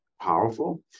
powerful